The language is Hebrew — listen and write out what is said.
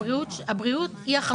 הבריאות היא החשובה.